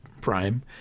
prime